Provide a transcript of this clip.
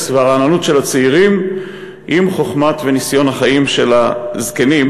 והרעננות של הצעירים עם חוכמת החיים וניסיון החיים של הזקנים,